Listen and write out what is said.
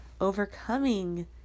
overcoming